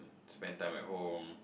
spent time at home